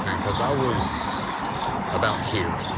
and because i was about here.